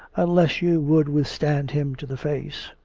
unless you would withstand him to the face.